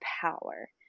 power